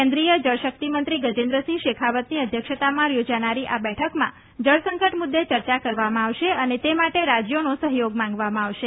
કેન્દ્રીય જળશક્તિમંત્રી ગજેન્દ્રસિંહ શેખાવતની અધ્યક્ષતા હેઠળ યોજાનારી આ બેઠકમાં જળસંકટ મુદ્દે ચર્ચા કરવામાં આવશે અને તે માટે રાજ્યોનો સહયોગ માંગવામાં આવશે